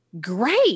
great